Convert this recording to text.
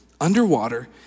underwater